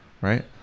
right